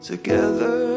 together